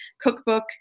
cookbook